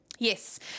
Yes